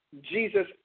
Jesus